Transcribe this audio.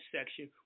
section